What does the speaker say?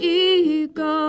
ego